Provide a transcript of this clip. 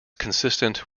consistent